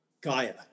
Gaia